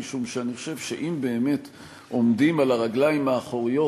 משום שאני חושב שאם באמת עומדים על הרגליים האחוריות,